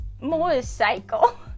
motorcycle